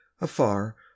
Afar